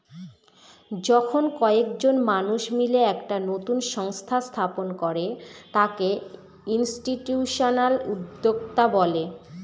যখন কয়েকজন মানুষ মিলে একটা নতুন সংস্থা স্থাপন করে তাকে ইনস্টিটিউশনাল উদ্যোক্তা বলে